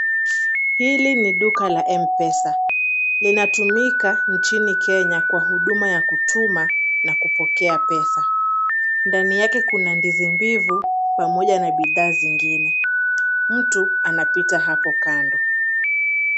Hili ni duka la Mpesa, linatumika nchini Kenya kwa huduma ya kutuma na kupokea pesa, ndani yake kuna ndizi mbivu pamoja na bidhaa zingine. Mtu anapita hapo kando.